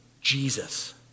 Jesus